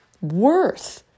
worth